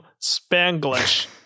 Spanglish